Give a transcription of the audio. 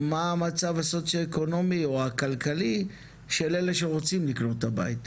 או מה המצב הסוציואקונומי או הכלכלי של אלו שרצו לקנות את הבית.